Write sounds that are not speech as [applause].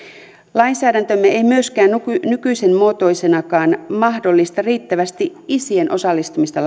lainsäädäntömme ei ei myöskään nykyisen muotoisenakaan mahdollista riittävästi isien osallistumista [unintelligible]